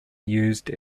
used